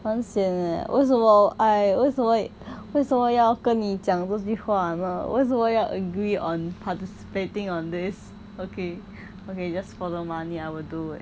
很 sian eh 为什么 I 我为什么为什么要跟你讲这句话呢为什么要 agree on participating on this okay okay just follow money I will do it